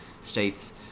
states